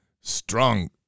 strong